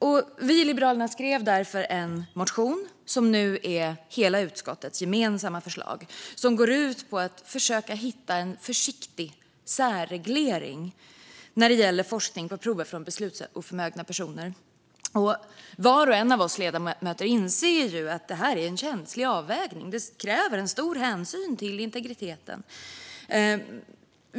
Vi i Liberalerna skrev därför en motion som nu är hela utskottets gemensamma förslag. Det går ut på att försöka hitta en försiktig särreglering när det gäller forskning på prover från beslutsoförmögna personer. En ny biobankslag Var och en av oss ledamöter inser att detta är en känslig avvägning. Det kräver stor hänsyn till integriteten.